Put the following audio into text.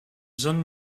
zone